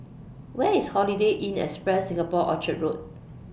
Where IS Holiday Inn Express Singapore Orchard Road